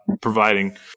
providing